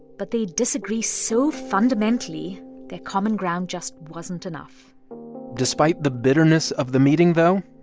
but they disagree so fundamentally that common ground just wasn't enough despite the bitterness of the meeting, though,